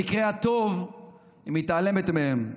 במקרה הטוב היא מתעלמת מהם,